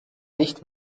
nicht